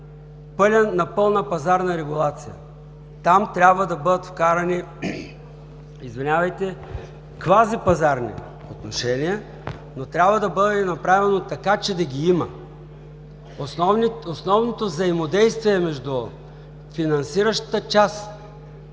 подложено на пълна пазарна регулация. Там трябва да бъдат вкарани квази пазарни отношения, но трябва да бъде направено така че да ги има. Основното взаимодействие между финансиращата част